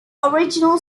original